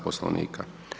Poslovnika.